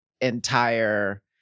entire